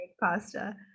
pasta